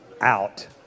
out